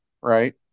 right